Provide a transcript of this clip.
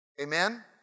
Amen